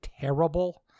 terrible